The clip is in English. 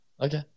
Okay